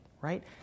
Right